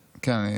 כן,